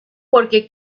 porque